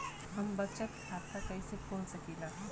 हम बचत खाता कईसे खोल सकिला?